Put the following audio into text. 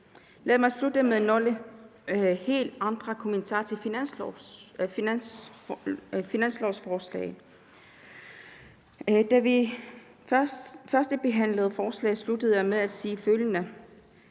Lad mig slutte med nogle helt andre kommentarer til finanslovforslaget. Da vi førstebehandlede forslaget, sluttede jeg af med at sige følgende: